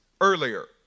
earlier